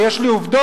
ויש לי עובדות,